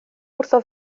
wrtho